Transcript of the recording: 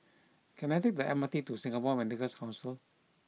can I take the M R T to Singapore Medical Council